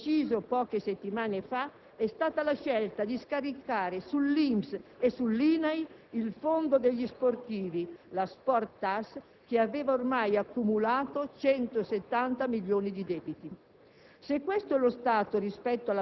Un ultimo caso, deciso poche settimane fa, è stata la scelta di scaricare sull'INPS e sull'INAIL il fondo degli sportivi, la SPORTASS, che aveva ormai accumulato 170 milioni di debiti.